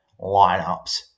lineups